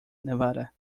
nevada